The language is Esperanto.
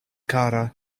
kara